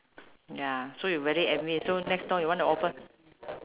ya so you very envy so next store you want to open